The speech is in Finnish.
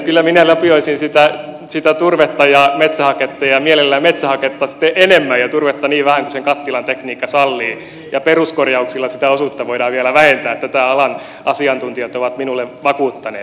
kyllä minä lapioisin sitä turvetta ja metsähaketta ja mielelläni metsähaketta sitten enemmän ja turvetta niin vähän kuin sen kattilan tekniikka sallii ja peruskorjauksilla sitä osuutta voidaan vielä vähentää tätä alan asiantuntijat ovat minulle vakuuttaneet